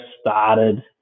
started